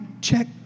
check